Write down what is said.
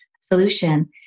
solution